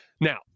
Now